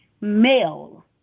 male